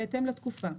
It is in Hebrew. בהתאם לתקופה.